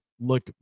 look